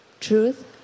truth